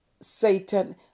Satan